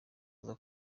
aza